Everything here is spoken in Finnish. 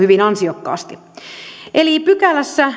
hyvin ansiokkaasti viidennessäkymmenennessäviidennessä pykälässä